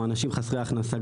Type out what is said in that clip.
או אנשים חסרי הכנסה,